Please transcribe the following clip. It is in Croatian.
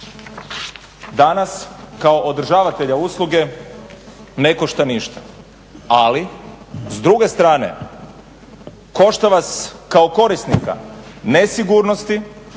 danas kao održavatelja usluge ne košta ništa ali s druge strane košta vas kao korisnika nesigurnosti,